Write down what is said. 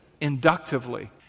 inductively